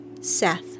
Seth